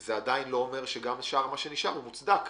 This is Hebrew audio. זה לא אומר שגם מה שנשאר מוצדק.